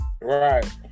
Right